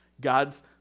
God's